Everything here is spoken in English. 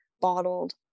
bottled